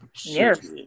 yes